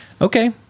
okay